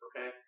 okay